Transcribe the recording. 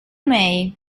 may